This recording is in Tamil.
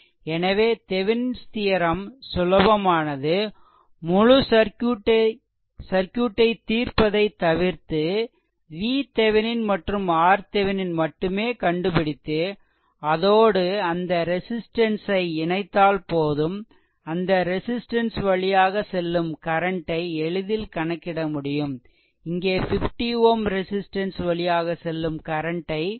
எனவே தெவெனின்ஸ் தியெரெம் Thevenin's theorem சுலபமானது முழு சர்க்யூட்டை தீர்ப்பதைத் தவிர்த்து VThevenin மற்றும் RThevenin மட்டுமே கண்டுபிடித்து அதோடு அந்த ரெசிஸ்ட்டன்ஸ் ஐ இணைத்தால் போதும் அந்த ரெசிஸ்ட்டன்ஸ் வழியாக செல்லும் கரண்ட் ஐ எளிதில் கணக்கிட முடியும் இங்கே 50 Ω ரெசிஸ்ட்டன்ஸ் வழியாக செல்லும் கரண்ட் ஐ கணக்கிட முடியும்